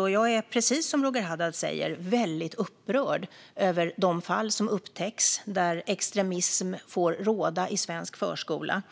Och jag är, precis som Roger Haddad, väldigt upprörd över de fall som upptäcks där extremism får råda i svensk förskola.